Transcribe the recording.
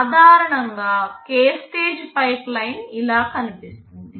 సాధారణంగా k stage pipeline ఇలా కనిపిస్తుంది